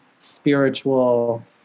spiritual